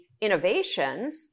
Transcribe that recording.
innovations